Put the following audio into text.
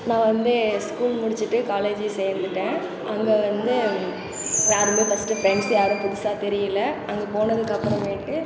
நான் வந்து ஏன் ஸ்கூல் முடிச்சிவிட்டு காலேஜ்ஜு சேர்ந்துட்டேன் அங்கே வந்து யாருமே ஃபர்ஸ்ட்டு ஃப்ரெண்ட்ஸ் யாரும் புதுசாக தெரியல அங்கே போனதுக்கு அப்புறமேட்டு